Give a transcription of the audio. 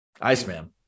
Iceman